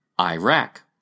Iraq